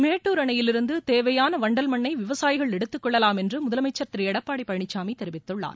மேட்டுர் அணையிலிருந்து தேவையான வண்டல் மண்ணை விவசாயிகள் எடுத்துக்கொள்ளலாம் என்று முதலமைச்சர் திரு எடப்பாடி பழனிசாமி தெரிவித்துள்ளார்